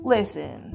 Listen